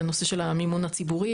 לנושא של המימון הציבורי?